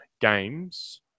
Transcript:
games